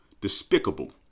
Despicable